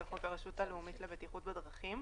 של חוק הרשות הלאומית לבטיחות בדרכים.